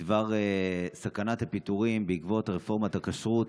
בדבר סכנת הפיטורים בעקבות רפורמת הכשרות,